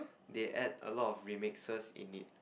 they add a lot of remixes in it